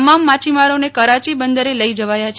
તમામ માછીમારોને કરાંચી બંદરે લઈ જવાયા છે